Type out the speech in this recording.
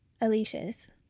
Alicia's